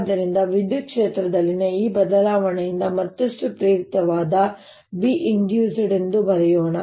ಆದ್ದರಿಂದ ವಿದ್ಯುತ್ ಕ್ಷೇತ್ರದಲ್ಲಿನ ಈ ಬದಲಾವಣೆಯಿಂದ ಮತ್ತಷ್ಟು ಪ್ರೇರಿತವಾದ Binduced ಎಂದು ಬರೆಯೋಣ